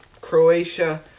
Croatia